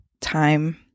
time